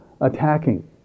attacking